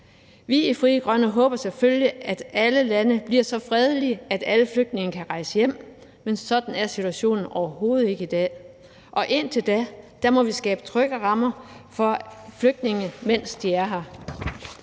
Vi i Frie Grønne håber selvfølgelig, at alle lande bliver så fredelige, at alle flygtninge kan rejse hjem, men sådan er situationen overhovedet ikke i dag, og indtil da må vi skabe trygge rammer for flygtninge, mens de er her.